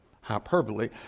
hyperbole